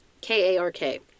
K-A-R-K